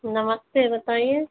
नमस्ते बताइए